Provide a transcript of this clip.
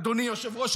אדוני היושב-ראש,